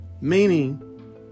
Meaning